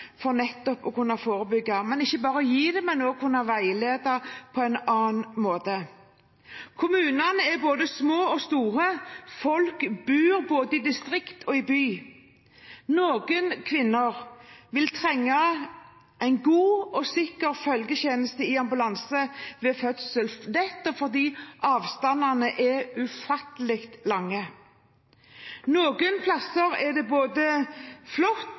men også kunne veilede på en annen måte. Kommuner er små og store. Folk bor i distrikter og i byer. Noen kvinner vil trenge en god og sikker følgetjeneste i ambulansen ved fødsel, nettopp fordi avstandene er ufattelig store. Noen steder er det både flott